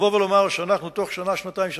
לבוא ולומר שבתוך שנה-שנתיים,